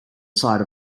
side